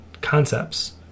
concepts